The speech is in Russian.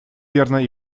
верно